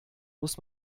muss